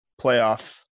playoff